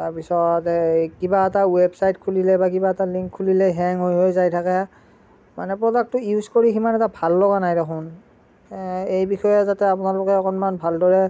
তাৰপিছত এই কিবা এটা ৱেবছাইট খুলিলে বা কিবা এটা লিংক খুলিলে হেং হৈ হৈ যাই থাকে মানে প্ৰডাক্টটো ইউজ কৰি সিমান এটা ভাল লগা নাই দেখোন এই বিষয়ে যাতে আপোনালোকে অকণমান ভালদৰে